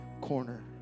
corner